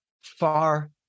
far